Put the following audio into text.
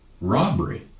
robbery